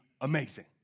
amazing